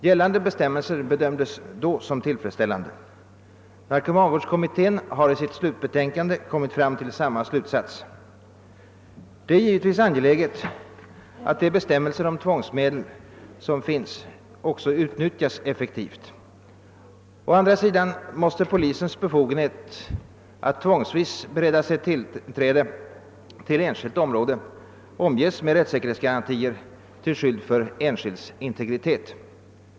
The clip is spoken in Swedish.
Gällande bestämmelser bedömdes då som tillfredsställlande. Narkomanvårdskommittén har i sitt slutbetänkande kommit fram till samma slutsats. Det är givetvis angeläget att de bestämmelser om tvångsmedel som finns utnyttjas effektivt. Å andra sidan måste polisens befogenhet att tvångsvis bereda sig tillträde till enskilt område omges med rättssäkerhetsgarantier = till skydd för enskilds integritet.